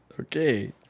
Okay